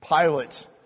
Pilate